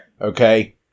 Okay